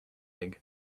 egg